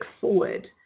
forward